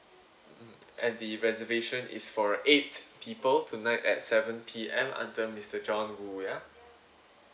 mm and the reservation is for eight people tonight at seven P_M under mister john wu ya